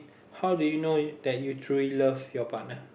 how do you know if that you truly love you partner